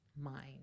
mind